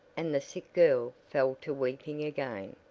and the sick girl fell to weeping again.